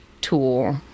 tool